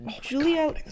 Julia